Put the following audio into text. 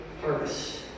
harvest